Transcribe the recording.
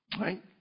Right